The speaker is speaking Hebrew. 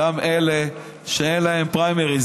גם אלה שאין להם פריימריז.